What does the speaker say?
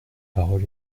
parole